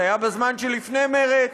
זה היה בזמן שלפני מרצ,